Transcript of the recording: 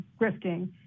grifting